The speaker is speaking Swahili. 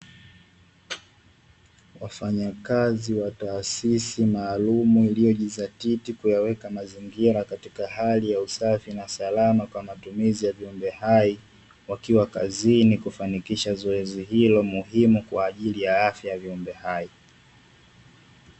Wafanyakazi wa taasisi maalumu, iliyojizatiti kuyaweka mazingira katika hali ya usafi na salama kwa matumizi ya viumbe hai wakiwa kazini kufanikisha zoezi hilo muhimu kwa ajili ya afya ya viumbe hai.